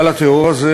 גל הטרור הזה,